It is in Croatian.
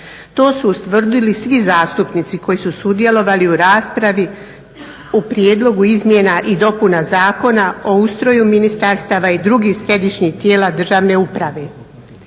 To su ustvrdili svi zastupnici koji su sudjelovali u raspravi u prijedlogu izmjena i dopuna Zakona o ustrojstvu ministarstava i drugih državnih tijela državne uprave.